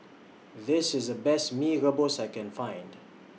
This IS The Best Mee Rebus that I Can Find